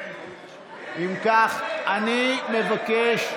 אני מבקש,